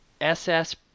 SS